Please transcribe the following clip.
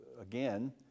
again